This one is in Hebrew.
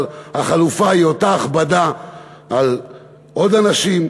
אבל החלופה היא אותה הכבדה על עוד אנשים,